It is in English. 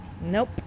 Nope